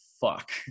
Fuck